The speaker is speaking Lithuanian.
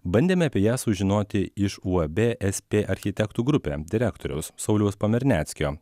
bandėme apie ją sužinoti iš uab es pė architektų grupė direktoriaus sauliaus pamerneckio